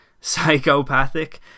psychopathic